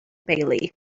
bailey